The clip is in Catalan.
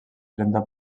trenta